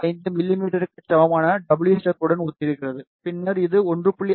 5 மிமீக்கு சமமான wஸ்டப் உடன் ஒத்திருக்கிறது பின்னர் இது 1